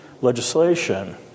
legislation